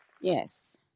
Yes